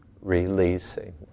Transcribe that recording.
releasing